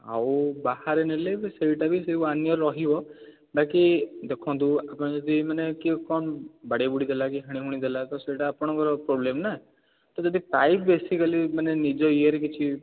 ଆଉ ବାହାରେ ନେଲେ ସେଇଟା ବି ସେଇ ୱାନ୍ ୟର୍ ହିଁ ରହିବ ବାକି ଦେଖନ୍ତୁ ଆପଣ ଯଦି ମାନେ କିଏ କ'ଣ ବାଡ଼େଇ ବୁଡ଼େଇ ଦେଲା କି ହାଣି ହୁଣୀ ଦେଲା ତ ସେଇଟା ଆପଣଙ୍କର ପ୍ରୋବ୍ଲେମ୍ ନା ତ ଯଦି ପାଇପ୍ ବେସିକାଲି ମାନେ ନିଜ ଇଏରେ କିଛି